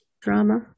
Drama